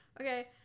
Okay